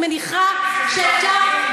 אני מניחה שאפשר,